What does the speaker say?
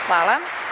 Hvala.